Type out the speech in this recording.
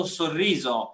sorriso